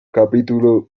capítulo